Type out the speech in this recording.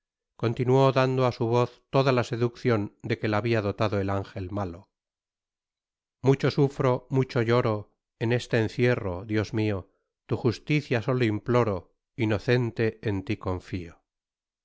continuó dando á su voz toda la seduccion de que la habia dotado el angel malo mucho sufro mucho lloro en este encierro dios mio tu justicia solo imploro inocente en ti confio